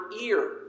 ear